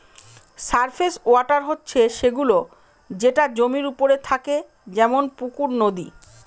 surface water হচ্ছে সে গুলো যেটা জমির ওপরে থাকে যেমন পুকুর, নদী